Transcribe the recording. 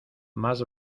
más